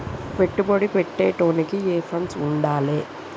పెట్టుబడి పెట్టేటోనికి ఎన్ని ఫండ్స్ ఉండాలే?